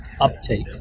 uptake